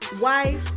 wife